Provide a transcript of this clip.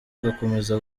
agakomeza